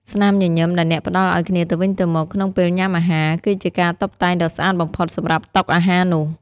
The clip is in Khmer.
ស្នាមញញឹមដែលអ្នកផ្ដល់ឱ្យគ្នាទៅវិញទៅមកក្នុងពេលញ៉ាំអាហារ គឺជាការតុបតែងដ៏ស្អាតបំផុតសម្រាប់តុអាហារនោះ។